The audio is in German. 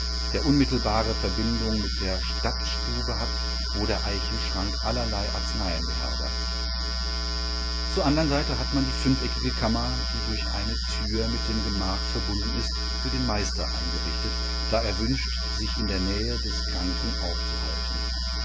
der unmittelbare verbindung mit der stadtstube hat wo der eichenschrank allerlei arzneien beherbergt zur andern seite hat man die fünfeckige kammer die durch eine tür mit dem gemach verbunden ist für den meister eingerichtet da er wünscht sich in der nähe des kranken aufzuhalten